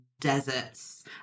deserts